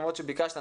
למרות שביקשת,